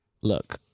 Look